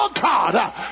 God